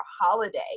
holiday